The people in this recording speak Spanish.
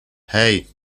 hey